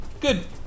Good